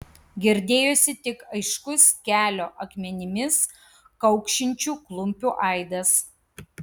girdėjosi tik aiškus kelio akmenimis kaukšinčių klumpių aidas